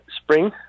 Spring